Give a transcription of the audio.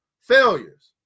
failures